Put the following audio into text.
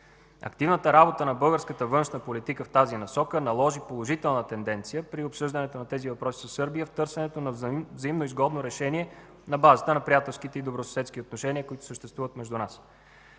Активната работа на българската външна политика в тази насока наложи положителна тенденция при обсъждането на тези въпроси със Сърбия в търсенето на взаимноизгодно решение на базата на приятелските и добросъседските отношения, които съществуват между нас.